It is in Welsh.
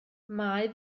mae